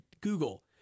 Google